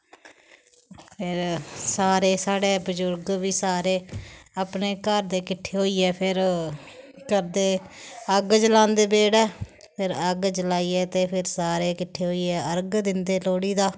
फिर सारे साढ़े बजुर्ग बी सारे अपने घरै दे किट्ठे होइयै फिर करदे अग्ग जलांदे बेह्ड़ै फिर अग्ग जलाइयै ते फिर सारे किट्ठे होइयै अर्ग दिंदे लोह्ड़ी दा